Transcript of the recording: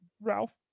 Ralph